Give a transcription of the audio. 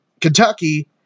Kentucky